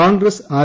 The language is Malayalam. കോൺഗ്രസ് ആർ